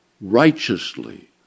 righteously